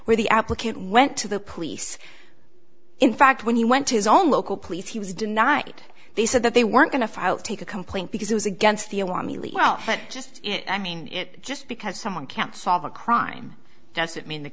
where the applicant went to the police in fact when he went to his own local police he was denied they said that they weren't going to take a complaint because it was against the awami league well just i mean it just because someone can't solve a crime doesn't mean the